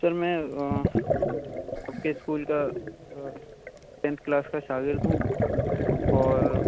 سر میں آپ کے اسکول کا ٹنتھ کلاس کا شاگرد ہوں اور